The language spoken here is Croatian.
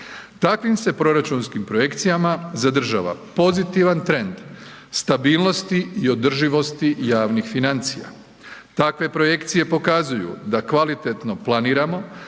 Takvim se proračunskim projekcijama zadržava pozitivan trend stabilnosti i održivosti javnih financija. Takve projekcije pokazuju da kvalitetno planiramo